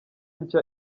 nshya